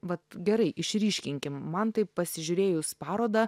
vat gerai išryškinkim man tai pasižiūrėjus parodą